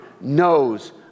knows